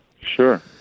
Sure